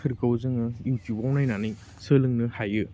फोरखौ जोङो इउटुबाव नायनानै सोलोंनो हायो